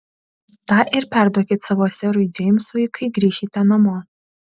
tą ir perduokit savo serui džeimsui kai grįšite namo